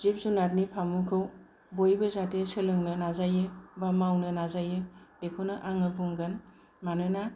जिब जुनारनि फामुखौ बयबो जाथे सोलोंनो नाजायो बा मावनो नाजायो बेखौनो आङो बुंगोन मानोना